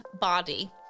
body